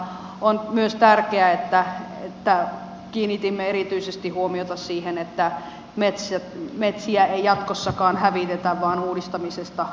on myös tärkeää että kiinnitimme erityisesti huomiota siihen että metsiä ei jatkossakaan hävitetä vaan uudistamisesta asianmukaisesti huolehditaan